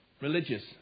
religious